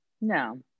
no